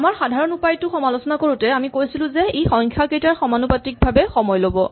আমাৰ সাধাৰণ উপায়টোৰ সমালোচনা কৰোতে আমি কৈছিলো যে ই সংখ্যাকেইটাৰ সমানুপাতিকভাৱে সময় ল'ব